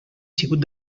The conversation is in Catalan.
sigut